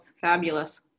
Fabulous